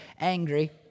angry